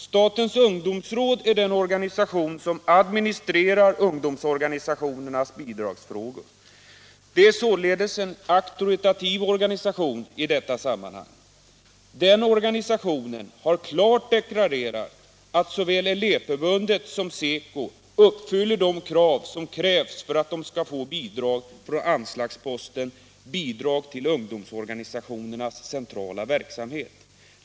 Statens ungdomsråd är den organisation som administrerar ungdomsorganisationernas bidragsfrågor och är således en auktoritativ organisation i detta sammanhang. Statens ungdomsråd har klart deklarerat att såväl Elevförbundet som SECO uppfyller de krav som ställs för att de skall få bidrag från anslagsposten Bidrag till ungdomsorganisationernas centrala verksamhet.